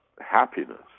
happiness